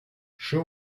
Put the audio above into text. she